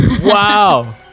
Wow